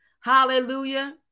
Hallelujah